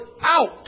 out